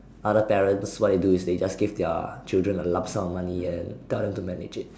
other parents what they do is that they just give their children a lump sum of their money and tell them to manage it